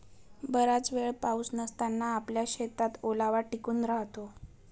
बराच वेळ पाऊस नसताना आपल्या शेतात ओलावा टिकून राहतो